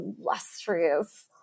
illustrious